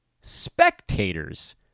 spectators